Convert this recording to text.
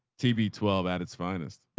tv twelve at its finest.